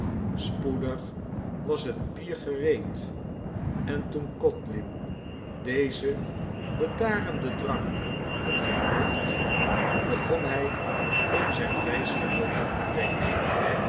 spoedig was het bier gereed en toen codlin dezen bedarenden drank had geproefd begon hij om zijne reisgenooten te denken